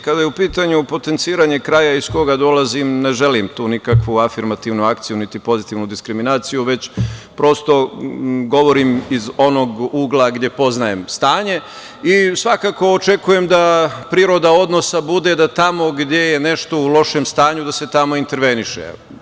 Kada je u pitanju potenciranje kraja iz koga dolazim, ne želim tu nikakvu afirmativnu akciju, niti pozitivnu diskriminaciju, već prosto govorim iz onog ugla gde poznajem stanje i svakako očekuje da priroda odnosa bude da tamo gde je nešto u lošem stanju da se tamo interveniše.